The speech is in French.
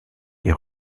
est